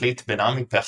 החליט בן עמי פכטר,